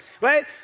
right